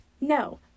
No